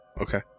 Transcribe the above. Okay